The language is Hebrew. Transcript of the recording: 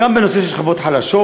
וגם בנושא של שכבות חלשות,